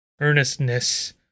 earnestness